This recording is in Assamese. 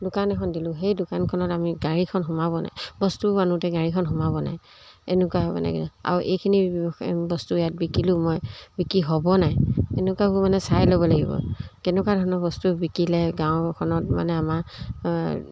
দোকান এখন দিলোঁ সেই দোকানখনত আমি গাড়ীখন সোমাব নাই বস্তু আনোতে গাড়ীখন সোমাব নাই এনেকুৱা মানে কি আৰু এইখিনি বস্তু ইয়াত বিকিলোঁ মই বিকি হ'ব নাই এনেকুৱাবোৰ মানে চাই ল'ব লাগিব কেনেকুৱা ধৰণৰ বস্তু বিকিলে গাঁওখনত মানে আমাৰ